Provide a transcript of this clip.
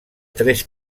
tres